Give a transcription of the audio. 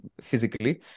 physically